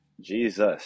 Jesus